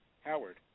Howard